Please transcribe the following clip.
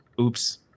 oops